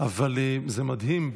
אבל זה מדהים,